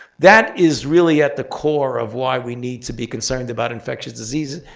that is really at the core of why we need to be concerned about infectious disease,